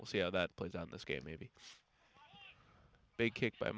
we'll see how that plays on this game maybe a big kick by